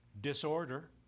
Disorder